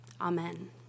Amen